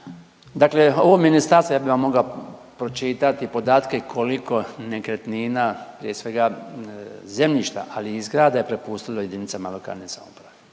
dakle ovo ministarstvo ja bi vam mogao pročitati podatke koliko nekretnina prije svega zemljišta, ali i zgrada je prepustilo jedinicama lokalne samouprave